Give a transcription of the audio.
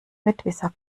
mitwisser